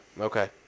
Okay